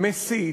מסית,